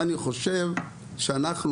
אני חושב שאנחנו,